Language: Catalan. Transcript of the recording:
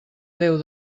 déu